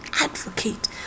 advocate